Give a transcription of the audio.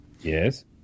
Yes